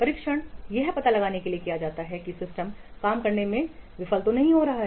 परीक्षण यह पता लगाने के लिए किया जाता है कि सिस्टम काम करने में विफल रहता है